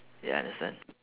ya understand